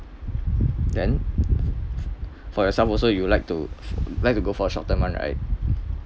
then for yourself also you'd like to like to go for short term [one] right